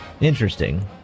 Interesting